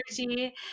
energy